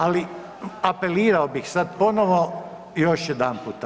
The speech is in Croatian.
Ali apelirao bih sada ponovo još jedanputa.